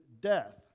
death